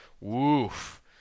woof